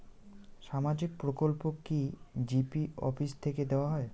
সামাজিক প্রকল্প কি জি.পি অফিস থেকে দেওয়া হয়?